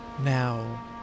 Now